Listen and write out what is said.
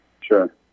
Sure